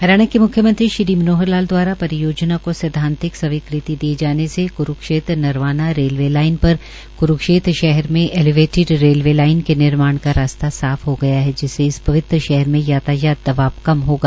हरियाणा के मुख्यमंत्री श्री मनोहर लाल द्वारा परियोजना को सैद्वांतिक स्वीकृति दिए जाने से क्रूक्षेत्र नरवाना रेलवे लाइन पर क्रूक्षेत्र शहर में ऐलिवेटेड रेलवे लाइन के निर्माण का रास्ता साफ हो गया है जिससे इस पवित्र शहर में यातायात दबाव कम होगा